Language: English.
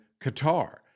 Qatar